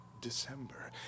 December